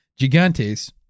gigantes